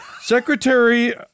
secretary